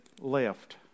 left